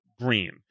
green